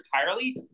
entirely